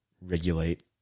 regulate